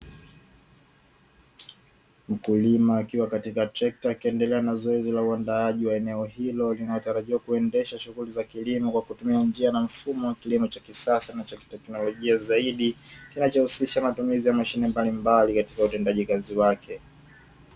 Mkulima akiwa katika trekta, akiendelea na zoezi la uandaaji wa eneo hilo linalotarajiwa kuendesha shughuli za kilimo kwa kutumia njia na mfumo wa kilimo cha kisasa na cha kiteknolojia zaidi, kinachohusisha matumizi ya mashine mbalimbali katika utendaji kazi wake.